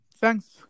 thanks